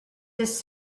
this